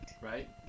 Right